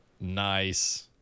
Nice